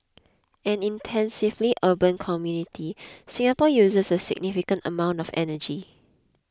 an intensively urban community Singapore uses a significant amount of energy